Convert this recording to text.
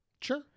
Sure